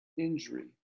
injury